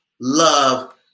love